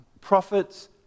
prophets